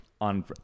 on